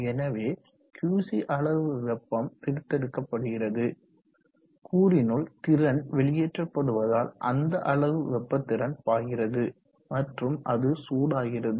எனவே QC அளவு வெப்பம் பிரித்தெடுக்கப்படுகிறது கூறினுள் திறன் வெளியேற்றப்படுவதால் அந்த அளவு வெப்பதிறன் பாய்கிறது மற்றும் அது சூடாகிறது